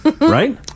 Right